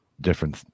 different